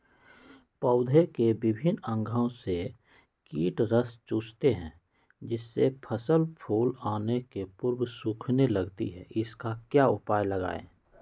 पौधे के विभिन्न अंगों से कीट रस चूसते हैं जिससे फसल फूल आने के पूर्व सूखने लगती है इसका क्या उपाय लगाएं?